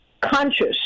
conscious